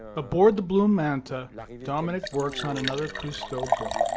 aboard the blue manta like dominique works on another cousteau book.